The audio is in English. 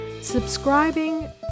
Subscribing